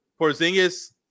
Porzingis